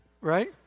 right